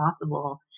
possible